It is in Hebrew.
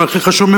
והכי חשוב,